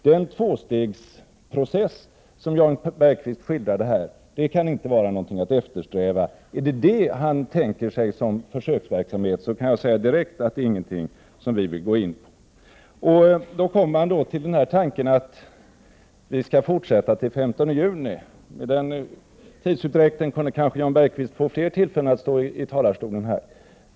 Den tvåstegsprocess som Jan Bergqvist skildrade kan inte vara något att eftersträva. Är det på det sättet han tänker sig en försöksverksamhet kan jag direkt säga att det inte är något som moderaterna vill gå in på. Sedan tar Jan Bergqvist upp tanken att riksmötet skall fortsätta till den 15 juni. Med denna tidsutdräkt kunde Jan Bergqvist kanske få fler tillfällen att stå i talarstolen.